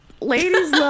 Ladies